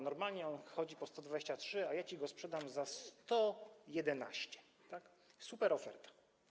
Normalnie on chodzi po 123, a ja ci go sprzedam za 111. Superoferta.